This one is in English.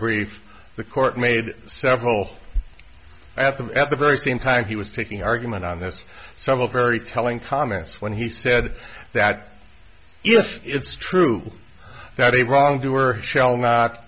brief the court made several have them at the very same time he was taking argument on this several very telling comments when he said that yes it's true that a wrong doer shall not